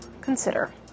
consider